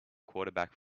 quarterback